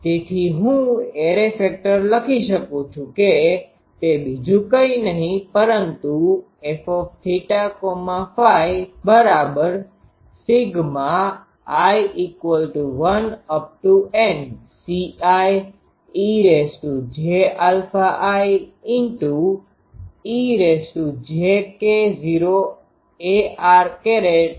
તેથી હું array factor લખી શકું કે તે બીજું કઈ નહિ પરંતુ FθΦ i1NCi eji ejK૦ arri છે